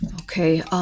Okay